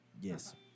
Yes